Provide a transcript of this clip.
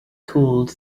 cooled